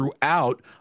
throughout